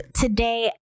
today